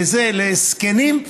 לזקנים,